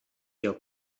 ihr